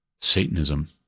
Satanism